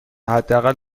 حداقل